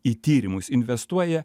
į tyrimus investuoja